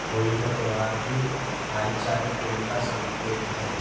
होली का त्योहार ही भाईचारे प्रेम का संकेत है